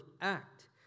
act